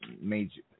major